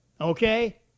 Okay